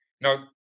Now